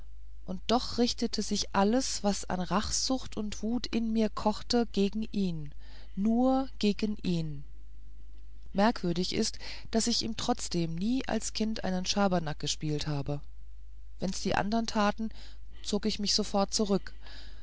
und doch richtete sich alles was an rachsucht und wut in mir kochte gegen ihn nur gegen ihn merkwürdig ist daß ich ihm trotzdem nie als kind einen schabernack gespielt habe wenn's die andern taten zog ich mich sofort zurück